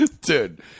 dude